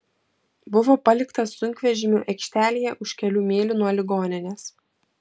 buvo paliktas sunkvežimių aikštelėje už kelių mylių nuo ligoninės